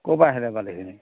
ক'ৰ পৰা আহিলে বালিখিনী